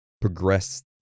progress